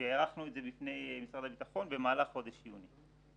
הערכנו את זה בפני משרד הביטחון במהלך חודש יוני,